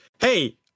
hey